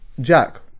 Jack